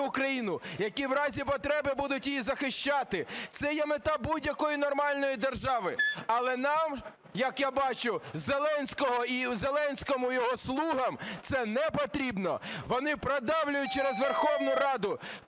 Україну, які в разі потреби будуть її захищати. Це є мета будь-якої нормальної держави. Але нам, як я бачу, Зеленському і його "слугам" це не потрібно, вони продавлюють через Верховну Раду,